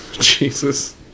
Jesus